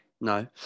No